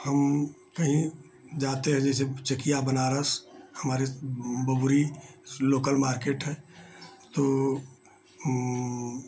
हम कहीं जाते हैं जैसे चकिया बनारस हमारे बबुरी लोकल मार्केट है तो हम